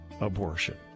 abortion